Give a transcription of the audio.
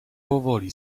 powoli